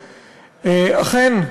אכן,